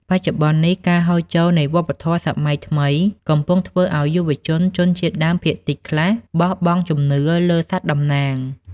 បច្ចុប្បន្ននេះ ការហូរចូលនៃវប្បធម៌សម័យថ្មី កំពុងធ្វើឱ្យយុវជនជនជាតិដើមភាគតិចខ្លះបោះបង់ជំនឿលើសត្វតំណាង។